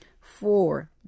Four